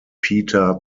peter